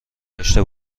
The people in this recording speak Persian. داشته